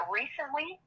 recently